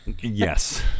Yes